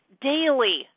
daily